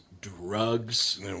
drugs